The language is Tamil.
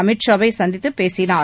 அமித் ஷா வை சந்தித்துப் பேசினார்